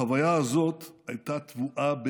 החוויה הזאת הייתה טבועה בגנדי.